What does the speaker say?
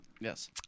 Yes